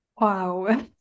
wow